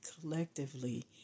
collectively